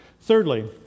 Thirdly